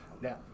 Now